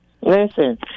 Listen